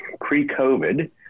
pre-COVID